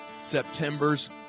september's